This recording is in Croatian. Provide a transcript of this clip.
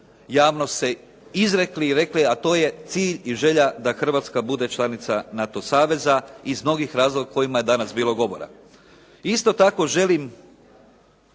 javnost se izrekli i rekli, a to je cilj i želja da Hrvatska bude članica NATO saveza iz mnogih razloga kojima je danas bilo govora. Isto tako želim